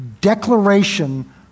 declaration